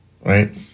right